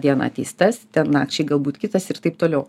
dieną ateis tas ten nakčiai galbūt kitas ir taip toliau